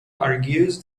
argues